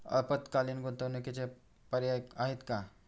अल्पकालीन गुंतवणूकीचे पर्याय आहेत का?